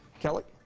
kelley